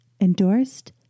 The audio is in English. endorsed